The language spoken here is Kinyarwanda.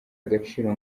agaciro